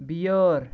بیٲر